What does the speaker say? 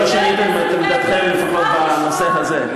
ולא שיניתם את עמדתכם לפחות בנושא הזה.